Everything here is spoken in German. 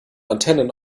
antennen